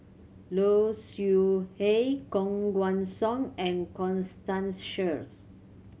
Low Siew Nghee Koh Guan Song and Constance Sheares